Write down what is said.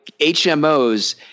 HMOs